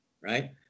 Right